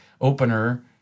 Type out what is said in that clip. opener